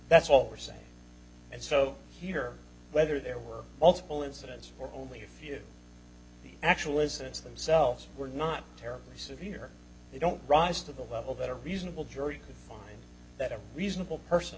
that's what we're saying and so here whether there were multiple incidents or only a few actually as this themselves were not terribly severe they don't rise to the level that a reasonable jury that a reasonable person